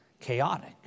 chaotic